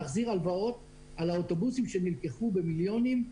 הזאת להחזיר הלוואות על האוטובוסים שניקנו במיליונים.